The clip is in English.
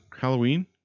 Halloween